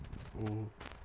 mm